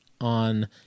on